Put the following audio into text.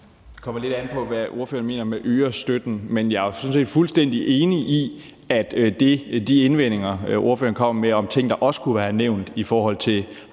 Det kommer lidt an på, hvad ordføreren mener med »øger støtten«. Jeg er sådan set fuldstændig enig i, at de indvendinger, ordføreren kom med, om ting, der også kunne have været nævnt i forhold til